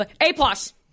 A-plus